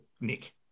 Nick